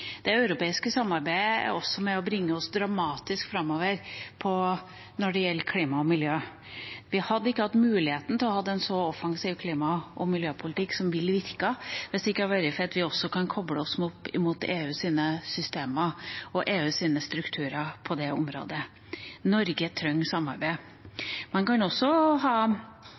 Det europeiske samarbeidet er også med på å bringe oss dramatisk framover når det gjelder klima og miljø. Vi hadde ikke hatt muligheten til å ha en så offensiv klima- og miljøpolitikk som virker, hvis ikke det hadde vært for at vi også kan koble oss opp mot EUs systemer og EUs strukturer på det området. Norge trenger samarbeid. Man kan også ha